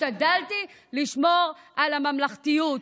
השתדלתי לשמור על ממלכתיות.